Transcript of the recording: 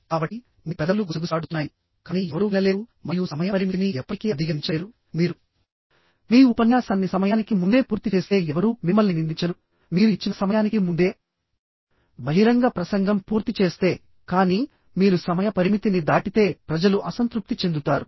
కాబట్టి మీ పెదవులు గుసగుసలాడుతున్నాయి కానీ ఎవరూ వినలేరు మరియు సమయ పరిమితిని ఎప్పటికీ అధిగమించలేరు మీరు మీ ఉపన్యాసాన్ని సమయానికి ముందే పూర్తి చేస్తే ఎవరూ మిమ్మల్ని నిందించరు మీరు ఇచ్చిన సమయానికి ముందే బహిరంగ ప్రసంగం పూర్తి చేస్తే కానీ మీరు సమయ పరిమితిని దాటితే ప్రజలు అసంతృప్తి చెందుతారు